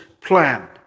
plan